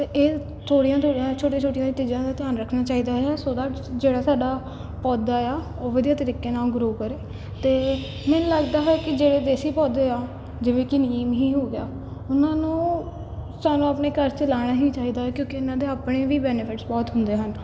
ਅਤੇ ਇਹ ਥੋੜ੍ਹੀਆਂ ਥੋੜ੍ਹੀਆਂ ਛੋਟੀਆਂ ਛੋਟੀਆਂ ਚੀਜ਼ਾਂ ਦਾ ਧਿਆਨ ਰੱਖਣਾ ਚਾਹੀਦਾ ਹੈ ਸੋ ਦੈਟ ਜਿਹੜਾ ਸਾਡਾ ਪੌਦਾ ਆ ਉਹ ਵਧੀਆ ਤਰੀਕੇ ਨਾਲ ਗਰੋ ਕਰੇ ਅਤੇ ਮੈਨੂੰ ਲੱਗਦਾ ਹੈ ਕਿ ਜਿਹੜੇ ਦੇਸੀ ਪੌਦੇ ਆ ਜਿਵੇਂ ਕਿ ਨਿੰਮ ਹੀ ਹੋ ਗਿਆ ਉਹਨਾਂ ਨੂੰ ਸਾਨੂੰ ਆਪਣੇ ਘਰ 'ਚ ਲਾਉਣਾ ਹੀ ਚਾਹੀਦਾ ਕਿਉਂਕਿ ਇਹਨਾਂ ਦੇ ਆਪਣੇ ਵੀ ਬੈਨੀਫਿਟਸ ਬਹੁਤ ਹੁੰਦੇ ਹਨ